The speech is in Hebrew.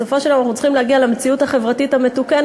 בסופו של דבר אנחנו צריכים להגיע למציאות חברתית מתוקנת,